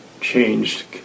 changed